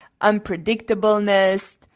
unpredictableness